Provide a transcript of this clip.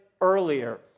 earlier